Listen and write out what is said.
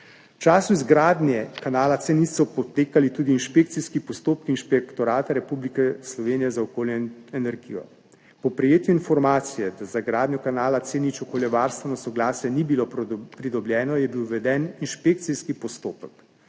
V času izgradnje kanala C0 so potekali tudi inšpekcijski postopki Inšpektorata Republike Slovenije za okolje in energijo. Po prejetju informacije, da za gradnjo kanala C0 okoljevarstveno soglasje ni bilo pridobljeno, je bil uveden inšpekcijski postopek.